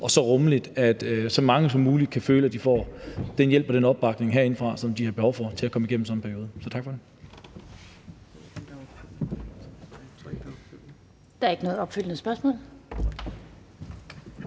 og så rummelig, at så mange som muligt kan føle, at de får den hjælp og den opbakning herindefra, som de har behov for, til at komme igennem sådan en periode. Så tak for det. Kl. 17:29 Den fg. formand